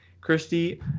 Christy